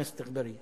חבר הכנסת אגבאריה.